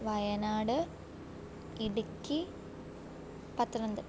Wayanad Idukki Pathanamthitta